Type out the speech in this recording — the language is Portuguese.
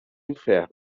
inferno